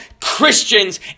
Christians